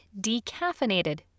decaffeinated